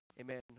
Amen